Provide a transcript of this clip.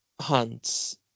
hunts